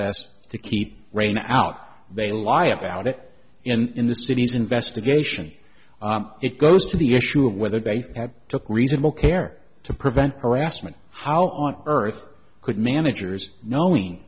s to keep rain out they lie about it in the city's investigation it goes to the issue of whether they took reasonable care to prevent harassment how on earth could managers knowing